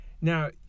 Now